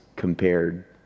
Compared